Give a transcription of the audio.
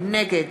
נגד